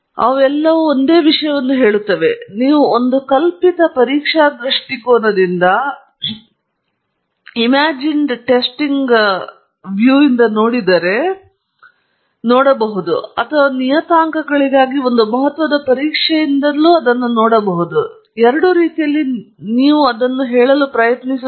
ಅವರು ಎಲ್ಲರೂ ಒಂದೇ ವಿಷಯವನ್ನು ಹೇಳುತ್ತಿದ್ದಾರೆ ನೀವು ಒಂದು ಕಲ್ಪಿತ ಪರೀಕ್ಷಾ ದೃಷ್ಟಿಕೋನದಿಂದ ಇದನ್ನು ನೋಡಬಹುದು ಅಥವಾ ನಿಯತಾಂಕಗಳಿಗಾಗಿ ಒಂದು ಮಹತ್ವದ ಪರೀಕ್ಷೆಯಿಂದ ನೀವು ಅದನ್ನು ನೋಡಬಹುದು ಎರಡೂ ರೀತಿಯಲ್ಲಿ ನಾವು ಅದನ್ನು ಹೇಳಲು ಪ್ರಯತ್ನಿಸುತ್ತಿದ್ದೇವೆ